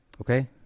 Okay